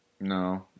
No